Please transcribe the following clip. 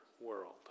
world